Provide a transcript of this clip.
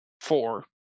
Four